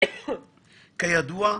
כידוע,